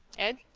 ed